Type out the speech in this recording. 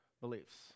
beliefs